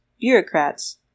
bureaucrats